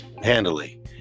handily